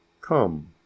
Come